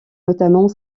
notamment